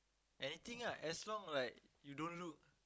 anything lah as long like you don't look